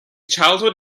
childhood